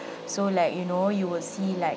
so like you know you would see like